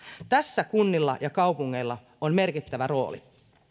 tässä kunnilla ja kaupungeilla on merkittävä rooli